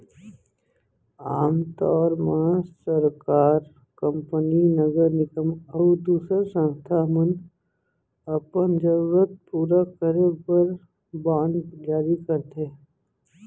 आम तौर म सरकार, कंपनी, नगर निगम अउ दूसर संस्था मन अपन जरूरत पूरा करे बर बांड जारी करथे